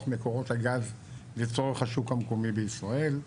מקורות הגז לצורך השוק המקומי בישראל,